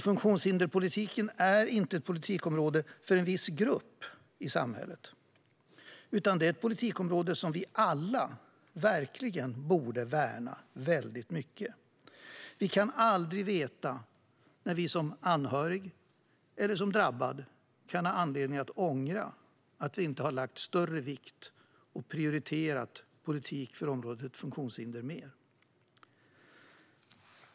Funktionshinderspolitiken är alltså inte ett politikområde för en viss grupp i samhället, utan det är ett politikområde som vi alla verkligen borde värna. Vi kan aldrig veta när vi som anhörig eller drabbad kan ha anledning att ångra att vi inte har lagt större vikt vid och prioriterat politiken för området funktionshinder mer.